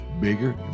bigger